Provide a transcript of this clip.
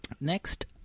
Next